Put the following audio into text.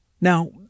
Now